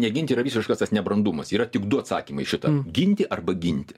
neginti yra visiškas tas nebrandumas yra tik du atsakymai šitam ginti arba ginti